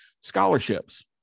scholarships